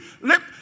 Let